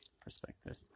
perspective